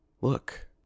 look